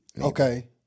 Okay